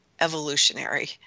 evolutionary